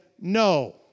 no